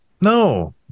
No